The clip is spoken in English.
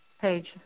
page